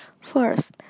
First